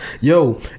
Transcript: Yo